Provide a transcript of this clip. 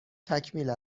تکمیل